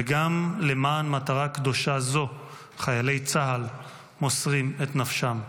וגם למען מטרה קדושה זו חיילי צה"ל מוסרים את נפשם.